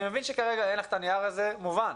אני מבין שכרגע אין לך את הנייר הזה, זה מובן.